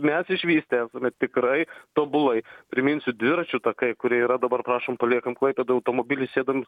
mes išvystę tikrai tobulai priminsiu dviračių takai kurie yra dabar prašom paliekam klaipėdoj automobilį sėdam